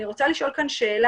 אני רוצה לשאול שאלה,